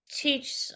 teach